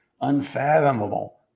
unfathomable